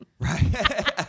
Right